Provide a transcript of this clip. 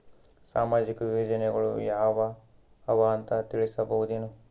ಸಾಮಾಜಿಕ ಯೋಜನೆಗಳು ಯಾವ ಅವ ಅಂತ ತಿಳಸಬಹುದೇನು?